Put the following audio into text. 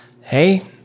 hey